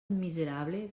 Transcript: miserable